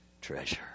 treasure